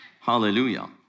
Hallelujah